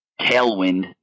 tailwind